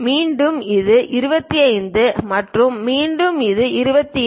மீண்டும் இது 25 மற்றும் மீண்டும் இது 28